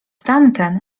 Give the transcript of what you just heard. tamten